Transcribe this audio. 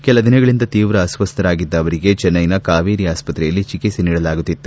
ಕೆಲದಿನಗಳಿಂದ ತೀವ್ರ ಅಸ್ತಸ್ಥರಾಗಿದ್ದ ಅವರಿಗೆ ಚೆನ್ನೈನ ಕಾವೇರಿ ಆಸ್ತತ್ರೆಯಲ್ಲಿ ಚಿಕಿತ್ಸೆ ನೀಡಲಾಗುತ್ತಿತ್ತು